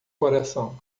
coração